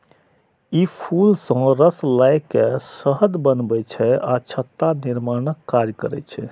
ई फूल सं रस लए के शहद बनबै छै आ छत्ता निर्माणक काज करै छै